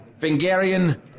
vingarian